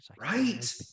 Right